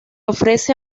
ofrece